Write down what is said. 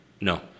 No